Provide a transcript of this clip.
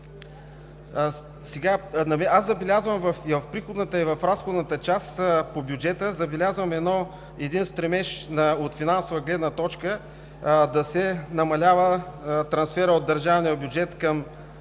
нататък. И в приходната, и в разходната част на бюджета забелязвам стремеж от финансова гледна точка да се намалява трансферът от държавния бюджет към